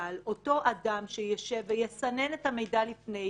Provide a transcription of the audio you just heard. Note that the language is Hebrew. אבל אותו אדם שישב ויסנן את המידע לפני,